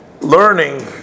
learning